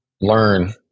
learn